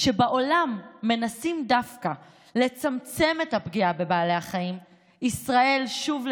כשבעולם מנסים דווקא לצמצם את הפגיעה בבעלי החיים ישראל שוב,